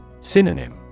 Synonym